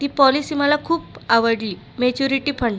ती पॉलिसी मला खूप आवडली मॅच्युरिटी फंड